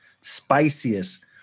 spiciest